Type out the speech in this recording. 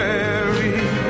Mary